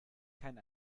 kein